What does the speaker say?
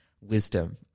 wisdom